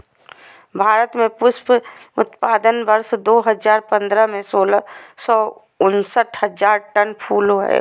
भारत में पुष्प उत्पादन वर्ष दो हजार पंद्रह में, सोलह सौ उनसठ हजार टन फूल होलय